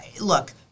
Look